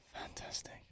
fantastic